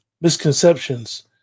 misconceptions